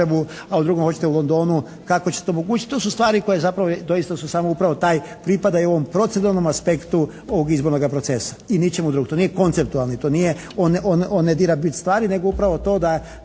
a u drugom hoćete u Londonu kako ćete to omogućiti. To su stvari koje zapravo doista su samo upravo taj pripadaju ovom proceduralnom aspektu ovog izbornoga procesa. I ničemu drugome. To nije konceptualni. To nije, on ne dira bit stvari nego upravo to da